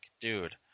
dude